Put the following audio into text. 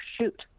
shoot